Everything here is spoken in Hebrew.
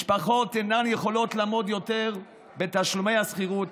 משפחות אינן יכולות לעמוד יותר בתשלומי השכירות.